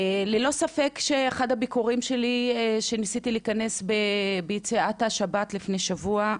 באחד הביקורים שלי בו ניסיתי להיכנס בצאת השבת לפני שבוע,